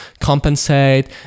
compensate